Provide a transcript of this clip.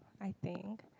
I think